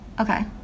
Okay